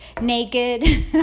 naked